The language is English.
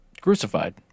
crucified